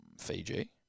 Fiji